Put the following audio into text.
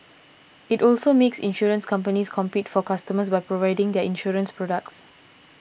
it also makes insurance companies compete for customers by providing their insurance products